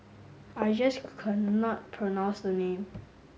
I just cannot pronounce the name